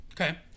Okay